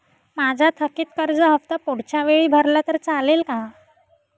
माझा थकीत कर्ज हफ्ता पुढच्या वेळी भरला तर चालेल का?